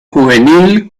juvenil